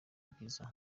bwiza